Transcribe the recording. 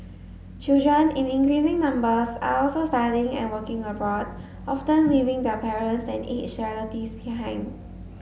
children in increasing numbers are also studying and working abroad often leaving their parents and aged relatives behind